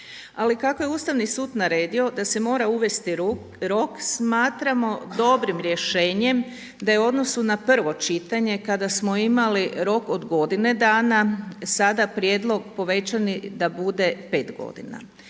Ali, kako je Ustavni sud naredio, da se mora uvesti rok, smatramo dobrim rješenjem, da je u odnosu na prvo čitanje, kada smo imali rok od godine dana, sada prijedlog povećani da bude 5 g.